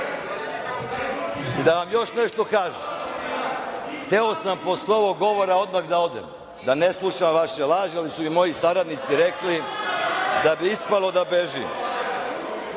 vam još nešto kažem, hteo sam posle ovog govora odmah da odem da ne slušam vaše laži, ali su mi moji saradnici rekli da bi ispalo da bežim